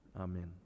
Amen